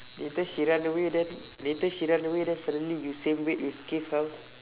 later she run away then later she run away then suddenly you same weight with keith how